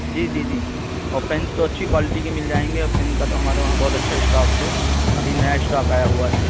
جی جی جی اور پین تو اچھی کوالٹی کے مل جائیں گے اور پین کا تو ہمارے وہاں بہت اچھا اشٹاک ہے ابھی نیا اشٹاک آیا ہوا ہے